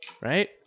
Right